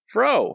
Fro